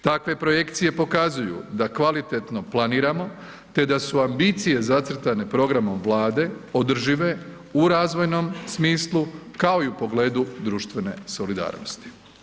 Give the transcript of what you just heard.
Takve projekcije pokazuju da kvalitetno planiramo te da su ambicije zacrtane programom Vlade održive u razvojnom smislu kao i u pogledu društvene solidarnosti.